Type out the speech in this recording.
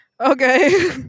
okay